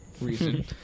reason